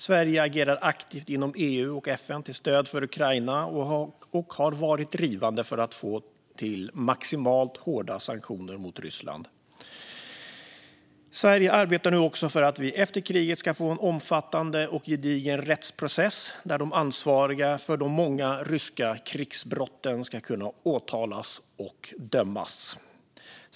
Sverige agerar aktivt inom EU och FN till stöd för Ukraina och har varit drivande för att få till maximalt hårda sanktioner mot Ryssland. Sverige arbetar nu också för att vi efter kriget ska få en omfattande och gedigen rättsprocess där de ansvariga för de många ryska krigsbrotten ska kunna åtalas och dömas.